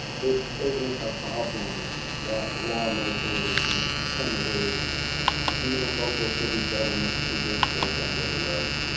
this isn't a problem that lawmakers and senators and even local city governments can just brush under the rug.